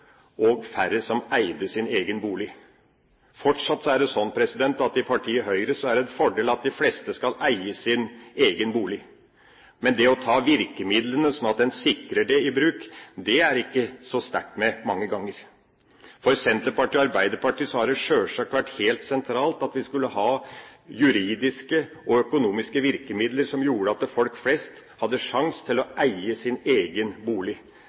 og færre som eide sin egen bolig. Fortsatt er det slik at i partiet Høyre er det en fordel at de fleste skal eie sin egen bolig. Men det å ta virkemidlene i bruk, slik at en sikrer det, er det ikke så sterkt med mange ganger. For Senterpartiet og Arbeiderpartiet har det sjølsagt vært helt sentralt at vi skulle ha juridiske og økonomiske virkemidler som gjorde at folk flest hadde sjanse til å eie sin egen bolig.